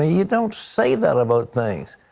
you don't say that about things.